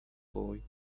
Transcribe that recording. boy